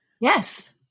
yes